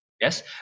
Yes